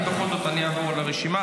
אני בכל זאת אעבור על הרשימה.